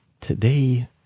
today